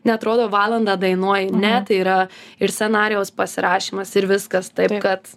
neatrodo valandą dainuoji ne tai yra ir scenarijaus pasirašymas ir viskas taip kad